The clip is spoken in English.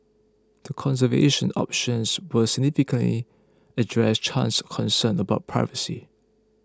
the conservation options would significantly address Chan's concern about privacy